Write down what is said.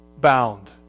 Bound